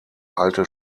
alte